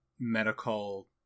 medical